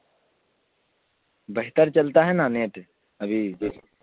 بہتر چلتا ہے نا نیٹ ابھی جسٹ